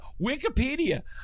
Wikipedia